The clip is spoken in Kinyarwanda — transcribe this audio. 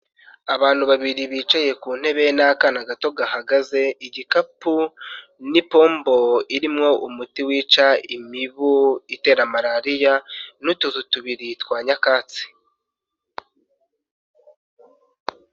Abantu babiri bicaye ku ntebe n'akana gato gahagaze igikapu, n'ipombo irimwo umuti wica imibu itera malariya n'utuzu tubiri twa nyakatsi.